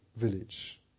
village